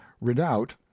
redoubt